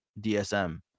DSM